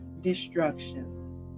destructions